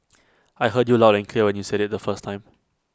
I heard you loud and clear when you said IT the first time